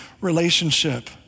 relationship